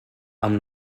amb